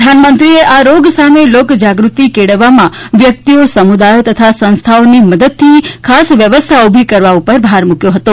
પ્રધાનમંત્રીએ આ રોગ સામે લોકજાગૃતિ કેળવવામાં વ્યક્તિઓ સમુદાયો તથા સંસ્થાઓની મદદથી ખાસ વ્યવસ્થા ઊભી કરવા ઉપર ભાર મૂક્યો હતો